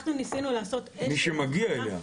מי שמגיע אליה.